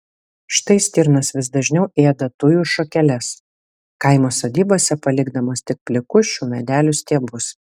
štai stirnos vis dažniau ėda tujų šakeles kaimo sodybose palikdamos tik plikus šių medelių stiebus